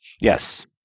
Yes